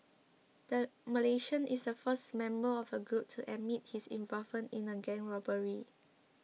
the Malaysian is the first member of a group to admit his involvement in a gang robbery